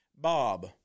Bob